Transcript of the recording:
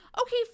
okay